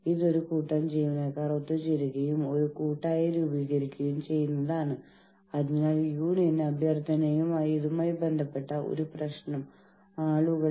അതിനാൽ ആളുകൾ ഒത്തുചേരുന്നതിനും യൂണിയനുകൾ രൂപീകരിക്കുന്നതിനുമുള്ള പ്രധാന കാരണം ഇതാണ്